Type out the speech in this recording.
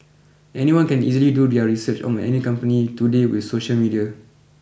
anyone can easily do their research on any company today with social media